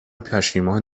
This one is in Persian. پشیمان